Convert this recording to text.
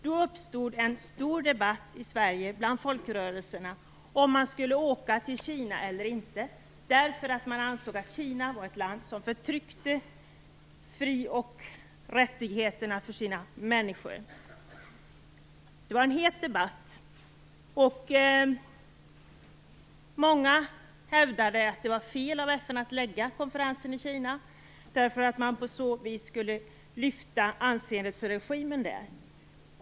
Då uppstod en stor debatt i Sverige bland folkrörelserna om huruvida man skulle åka till Kina eller inte. Man ansåg nämligen att Kina var ett land som förtryckte fri och rättigheterna för sina medborgare. Det var en het debatt. Många hävdade att det var fel av FN att lägga konferensen i Kina, därför att man på så vis skulle lyfta den regimens anseende.